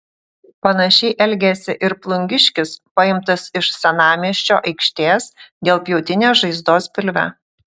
panašiai elgėsi ir plungiškis paimtas iš senamiesčio aikštės dėl pjautinės žaizdos pilve